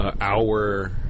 hour